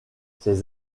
ses